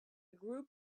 group